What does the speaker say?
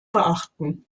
beachten